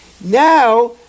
Now